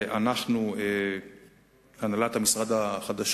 שבו דובר על רצח של אלפים כביכול חפים